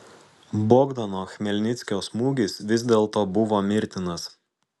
bogdano chmelnickio smūgis vis dėlto buvo mirtinas